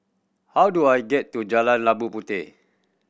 how do I get to Jalan Labu Puteh